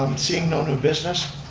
um seeing no new business.